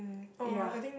ya